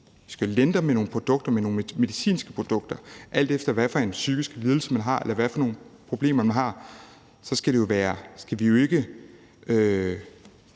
de skal lindre med. De skal lindre med nogle medicinske produkter. Alt efter hvilken psykisk lidelse man har, eller hvilke problemer man har, så hjælper vi jo ikke